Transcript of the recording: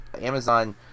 Amazon